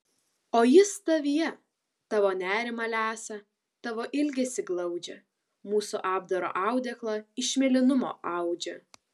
o jis tavyje tavo nerimą lesa tavo ilgesį glaudžia mūsų apdaro audeklą iš mėlynumo audžia